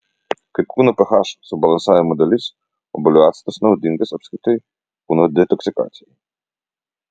kaip kūno ph subalansavimo dalis obuolių actas naudingas apskritai kūno detoksikacijai